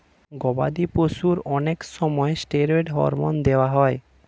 গবাদি পশুর অনেক সময় স্টেরয়েড হরমোন দেওয়া হয়